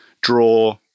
draw